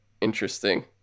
interesting